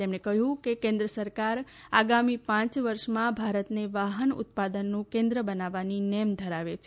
તેમણે કહ્યું કે કેન્દ્ર સરકાર આગામી પાંચ વર્ષમાં ભારતે વાહન ઉત્પાદનનું કેન્દ્ર બનાવવાની નેમ ધરાવે છે